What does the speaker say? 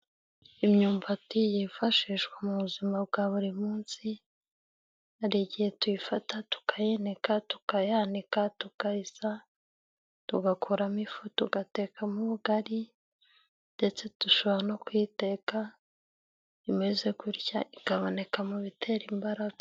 Imyumbati yifashishwa mu buzima bwa buri munsi hari igihe tuyifata tukayinika, tukayanika, tukayisya tugakuramo ifu, tugatekamo ubugari, ndetse dushobora no kuyiteka imeze gutya, ikaboneka mu bitera imbaraga.